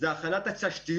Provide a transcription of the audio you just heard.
היא לגבי הכנת התשתיות